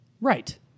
Right